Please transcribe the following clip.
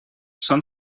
són